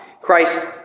Christ